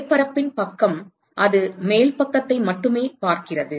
மேற்பரப்பின் பக்கம் அது மேல் பக்கத்தை மட்டுமே பார்க்கிறது